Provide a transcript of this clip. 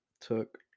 took